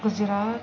Gujarat